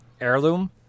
Heirloom